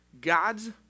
God's